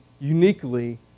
uniquely